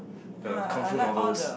the kung fu novels